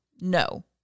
No